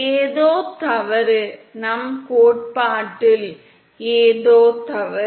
ஏதோ தவறு நடந்துள்ளது நம் கோட்பாட்டில் ஏதோ தவறு